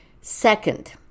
Second